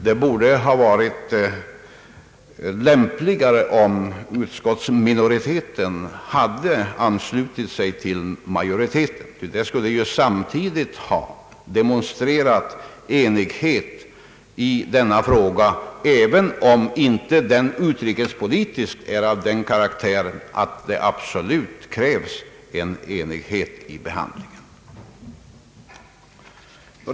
Det hade varit lämpligare om utskottsminoriteten anslutit sig till majoriteten, ty det skulle samtidigt ha demonstrerat enighet i denna fråga, även om den utrikespolitiskt inte är av den karaktär att det kan absolut krävas en enighet vid behandlingen.